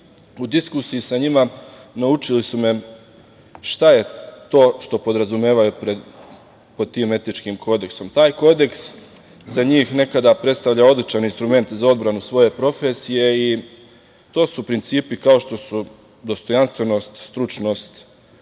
U diskusiji sa njima, naučili su me šta je to što podrazumevaju pod tim etičkim kodeksom. Taj kodeks za njih nekada predstavlja odličan instrument za odbranu svoje profesije. To su principi kao što su dostojanstvenost, stručnost